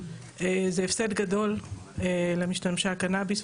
זה הפסד גדול למשתמשי הקנביס,